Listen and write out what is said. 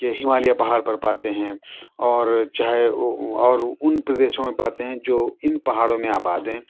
کے ہمالیہ پہاڑ پر پاتے ہیں اور چاہے اور اُن پردیسوں میں پاتے ہیں جو اِن پہاڑوں میں آباد ہیں